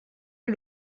you